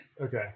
Okay